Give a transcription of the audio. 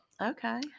Okay